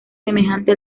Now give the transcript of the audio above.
semejante